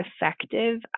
effective